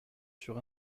sur